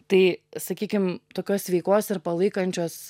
tai sakykim tokios sveikos ir palaikančios